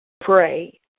Pray